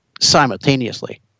simultaneously